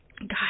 God